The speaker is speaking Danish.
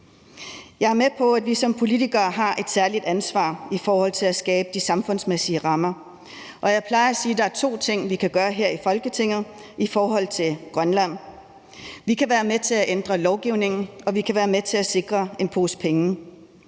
Jeg er med på, at vi som politikere har et særligt ansvar i forhold til at skabe de samfundsmæssige rammer, og jeg plejer at sige, at der er to ting, vi kan gøre her i Folketinget i forhold til Grønland. Vi kan være med til at ændre lovgivningen, og vi kan være med til at sikre en pose penge,